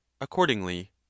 accordingly